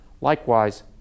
Likewise